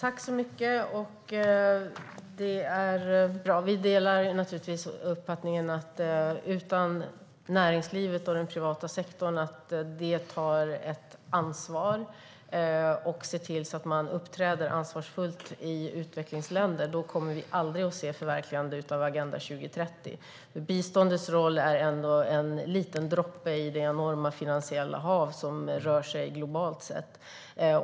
Herr talman! Vi delar naturligtvis uppfattningen att om inte näringslivet och den privata sektorn tar ett ansvar och uppträder ansvarsfullt i utvecklingsländer kommer vi aldrig att se ett förverkligande av Agenda 2030. Biståndets roll är ändå en liten droppe i det enorma finansiella hav som rör sig globalt sett.